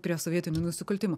prie sovietinių nusikaltimų